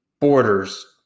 borders